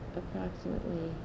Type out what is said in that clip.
approximately